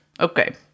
Okay